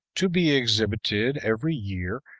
to be exhibited every year,